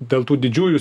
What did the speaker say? dėl tų didžiųjų